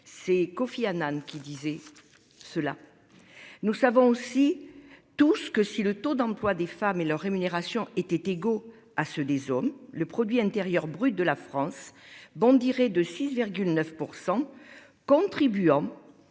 c'est Kofi Annan qui disait cela. Nous savons aussi tout ce que si le taux d'emploi des femmes et leur rémunération étaient égaux à ceux des hommes. Le produit intérieur brut de la France bon direz de 6,9% contribuant.